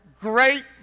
great